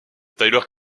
tyler